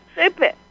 stupid